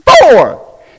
four